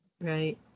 Right